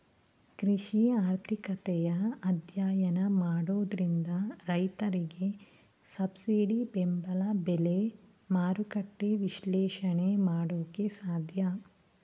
ಕೃಷಿ ಆರ್ಥಿಕತೆಯ ಅಧ್ಯಯನ ಮಾಡೋದ್ರಿಂದ ರೈತರಿಗೆ ಸಬ್ಸಿಡಿ ಬೆಂಬಲ ಬೆಲೆ, ಮಾರುಕಟ್ಟೆ ವಿಶ್ಲೇಷಣೆ ಮಾಡೋಕೆ ಸಾಧ್ಯ